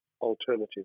alternative